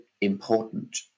important